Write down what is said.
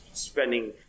Spending